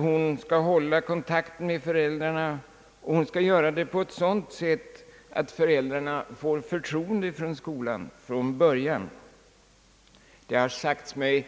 Hon skall hålla kontakten med föräldrarna, och hon skall göra det på ett sådant sätt att föräld rarna får förtroende för skolan från början. Det har sagts mig